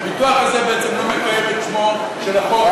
שהביטוח הזה לא מקיים את שמו של החוק,